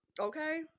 Okay